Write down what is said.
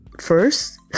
first